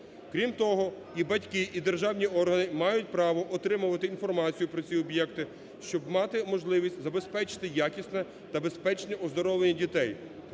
Крім того, і батьки, і державні органи мають право отримувати інформацію про ці об'єкти, щоб мати можливість забезпечити якісне та безпечне оздоровлення дітей.